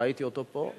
ראיתי אותו פה,